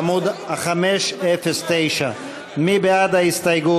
בעמוד 509. מי בעד ההסתייגות?